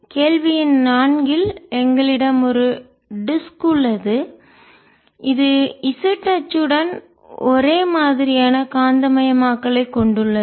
கேள்வி எண் நான்கில் எங்களிடம் ஒரு டிஸ்க் வட்டு உள்ளது இது z அச்சுடன் ஒரே மாதிரியான காந்தமாக்கலைக் கொண்டுள்ளது